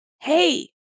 hey